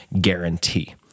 guarantee